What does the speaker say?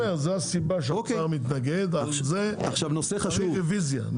זו הסיבה שהאוצר מתנגד לזה וזה מצריך ממש רוויזיה.